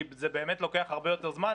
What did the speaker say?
שזה באמת לוקח הרבה יותר זמן,